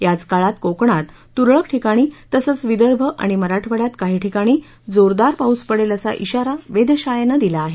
याच काळात कोकणात तूरळक ठिकाणी तसंच विदर्भ आणि मराठवाङ्यात काही ठिकाणी जोरदार पाऊस पडेल असा ध्वाारा वेधशाळेनं दिला आहे